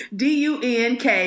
dunk